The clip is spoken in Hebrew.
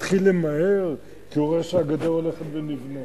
מתחיל למהר כי הוא רואה שהגדר הולכת ונבנית.